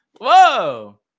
whoa